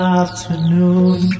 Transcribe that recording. afternoon